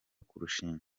kurushinga